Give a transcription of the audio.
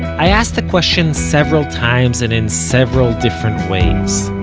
i asked the question several times, and in several different ways.